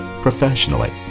professionally